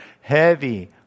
heavy